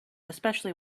especially